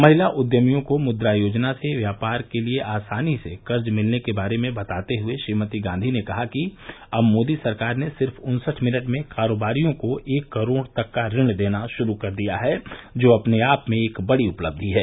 महिला उद्वमियो को मुद्रा योजना से व्यापार के लिए आसान से कर्ज मिलने के बारे में बताते हुए श्रीमती गांधी ने कहा की अब मोदी सरकार ने सिर्फ उन्सठ मिनट में कारोबारियों को एक करोड़ तक का ऋण देना शुरू किया है जो अपने आप में एक बड़ी उपलब्धि है